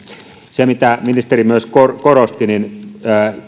se mitä ministeri myös korosti on että